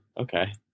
okay